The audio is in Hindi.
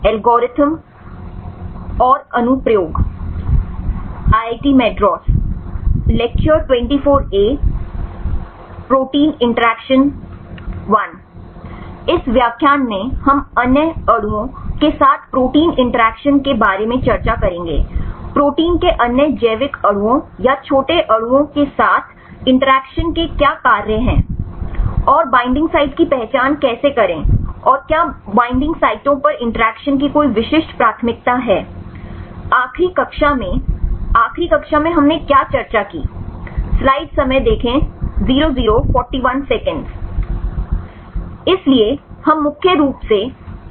इसलिए हम मुख्य रूप से प्रोटीन तह दर फोल्डिंग रेट पर ध्यान केंद्रित करते हैं